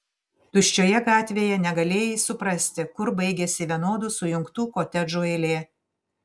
tuščioje gatvėje negalėjai suprasti kur baigiasi vienodų sujungtų kotedžų eilė